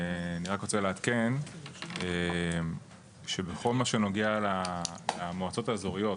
אני רק רוצה לעדכן שבכל מה שנוגע למועצות האזורות,